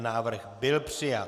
Návrh byl přijat.